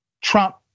Trump